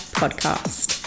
podcast